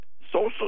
Social